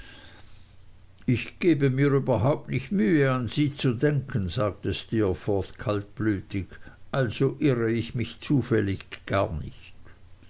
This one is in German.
ich gebe mir überhaupt nicht mühe an sie zu denken sagte steerforth kaltblütig also irre ich mich zufällig gar nicht